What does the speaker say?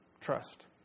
trust